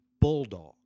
bulldog